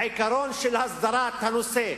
העיקרון של הסדרת הנושא,